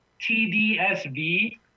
TDSV